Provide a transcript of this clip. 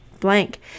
Blank